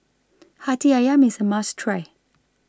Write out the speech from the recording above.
Hati Ayam IS A must Try